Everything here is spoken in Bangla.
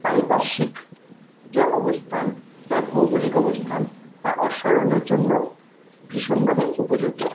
পারিপার্শ্বিক যা অবস্থান যা ভৌগোলিক অবস্থান তা অশ্বারোহণের জন্য ভীষণভাবে উপযোগী